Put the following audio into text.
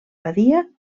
badia